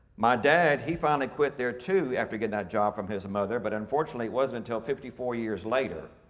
my dad he finally quit there too, after getting that job from his mother. but unfortunately, it wasn't until fifty four years later,